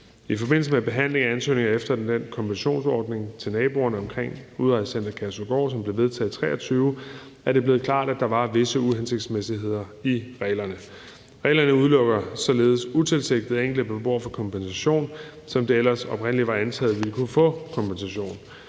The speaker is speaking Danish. I forbindelse med behandlingen af ansøgninger om den kompensationsordning til naboerne omkring Udrejsecenter Kærshovedgård, som blev vedtaget i 2023, er det blevet klart, at der var visse uhensigtsmæssigheder i reglerne. Reglerne udelukker således utilsigtet, at enkelte beboere får kompensation, som det ellers oprindelig var antaget ville kunne få en kompensation.